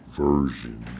version